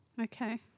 Okay